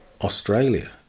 Australia